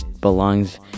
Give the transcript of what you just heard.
belongs